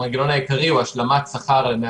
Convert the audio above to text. המנגנון העיקרי הוא השלמת שכר עד 100%,